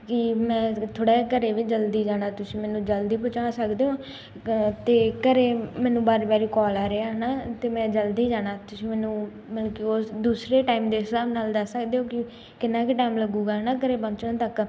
ਕਿ ਮੈਂ ਥੋੜ੍ਹਾ ਜਿਹਾ ਘਰ ਵੀ ਜਲਦੀ ਜਾਣਾ ਤੁਸੀਂ ਮੈਨੂੰ ਜਲਦੀ ਪਹੁੰਚਾ ਸਕਦੇ ਹੋ ਅਤੇ ਘਰ ਮੈਨੂੰ ਵਾਰ ਵਾਰ ਕੋਲ ਆ ਰਿਹਾ ਹੈ ਨਾ ਅਤੇ ਮੈਂ ਜਲਦੀ ਜਾਣਾ ਤੁਸੀਂ ਮੈਨੂੰ ਮੈਨੂੰ ਦੂਸਰੇ ਟੈਮ ਦੇ ਹਿਸਾਬ ਨਾਲ ਦੱਸ ਸਕਦੇ ਹੋ ਕਿ ਕਿੰਨਾ ਕੁ ਟੈਮ ਲੱਗੂਗਾ ਹੈ ਨਾ ਘਰ ਪਹੁੰਚਣ ਤੱਕ